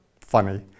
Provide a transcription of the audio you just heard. funny